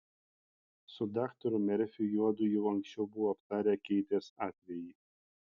su daktaru merfiu juodu jau anksčiau buvo aptarę keitės atvejį